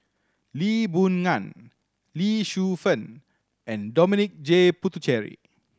Lee Boon Ngan Lee Shu Fen and Dominic J Puthucheary